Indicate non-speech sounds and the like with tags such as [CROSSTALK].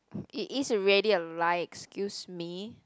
[BREATH] it is already a lie excuse me